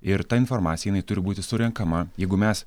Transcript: ir ta informacija jinai turi būti surenkama jeigu mes